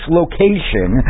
location